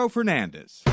Fernandez